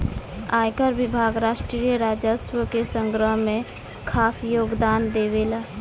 आयकर विभाग राष्ट्रीय राजस्व के संग्रह में खास योगदान देवेला